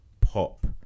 pop